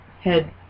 head